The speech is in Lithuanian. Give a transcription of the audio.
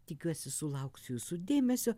tikiuosi sulauks jūsų dėmesio